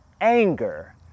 anger